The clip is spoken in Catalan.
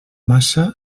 massa